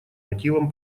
мотивам